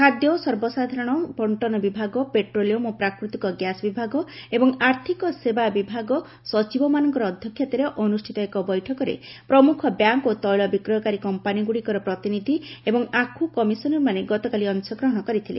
ଖାଦ୍ୟ ଓ ସର୍ବସାଧାରଣ ବଣ୍ଟନ ବିଭାଗ ପେଟ୍ରୋଲିୟମ୍ ଓ ପ୍ରାକୃତିକ ଗ୍ୟାସ୍ ବିଭାଗ ଏବଂ ଆର୍ଥିକ ସେବା ବିଭାଗ ସଚିବମାନଙ୍କ ଅଧ୍ୟକ୍ଷତାରେ ଅନୁଷ୍ଠିତ ଏକ ବୈଠକରେ ପ୍ରମୁଖ ବ୍ୟାଙ୍କ ଓ ତୈଳ ବିକ୍ରୟକାରୀ କମ୍ପାନିଗୁଡ଼ିକର ପ୍ରତିନିଧି ଏବଂ ଆଖୁ କମିଶନରମାନେ ଗତକାଲି ଅଶ ଗ୍ରହଣ କରିଥିଲେ